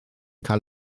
cael